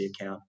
account